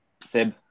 Seb